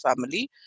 family